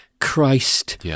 Christ